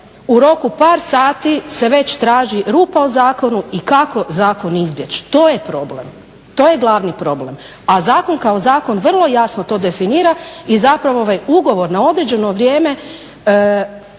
u roku par sati se već traži rupa u zakonu i kako zakon izbjeći. To je problem! To je glavni problem! A zakon kao zakon vrlo jasno to definira i zapravo ovaj ugovor na određeno vrijeme